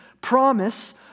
promise